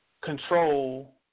control